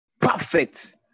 Perfect